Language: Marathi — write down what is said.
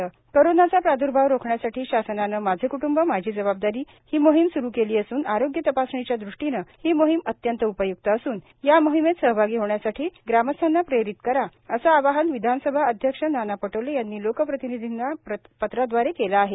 नाना पटोले कोरोनाचा प्रादूर्भाव रोखण्यासाठी शासनाने माझे कुटुंब माझी जबाबदारी ही मोहिम सुरू केली असून आरोग्य तपासणीच्या दृष्टीने ही मोहिम अत्यंत उपयूक्त असून या मोहिमेत सहभागी होण्यासाठी ग्रामस्थांना प्रेरीत करा असे आवाहन विधानसभा अध्यक्ष नाना पटोले यांनी लोकप्रतिनिधींना पत्राव्दारे केले आहे